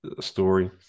story